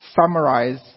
summarize